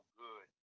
good